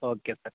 okay sir